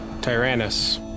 Tyrannus